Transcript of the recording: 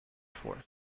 force